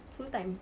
full time